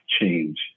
change